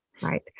Right